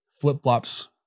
flip-flops